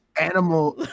Animal